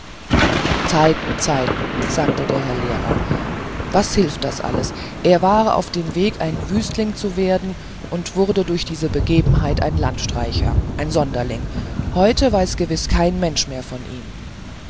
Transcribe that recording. zeiten zeiten sagte der herr lehrer was hilft das alles er war auf dem wege ein wüstling zu werden und wurde durch diese begebenheit ein landstreicher ein sonderling heute weiß gewiß kein mensch mehr von ihm